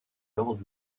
lord